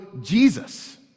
Jesus